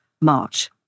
March